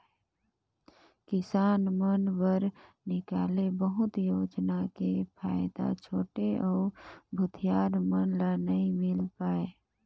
किसान मन बर निकाले बहुत योजना के फायदा छोटे अउ भूथियार मन ल नइ मिल पाये